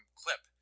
clip